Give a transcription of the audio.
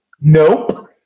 Nope